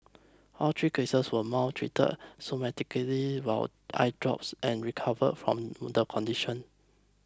all three cases were mild treated while eye drops and recovered from the condition